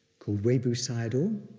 called webu sayadaw.